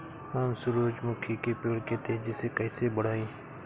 हम सुरुजमुखी के पेड़ के तेजी से कईसे बढ़ाई?